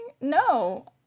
No